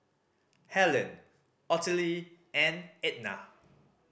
Hellen Ottilie and Etna